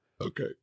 Okay